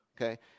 Okay